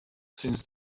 since